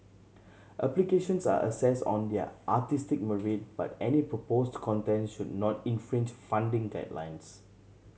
applications are assessed on their artistic merit but any proposed content should not infringe funding guidelines